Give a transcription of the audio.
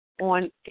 on